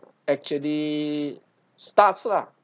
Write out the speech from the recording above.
actually starts lah